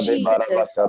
Jesus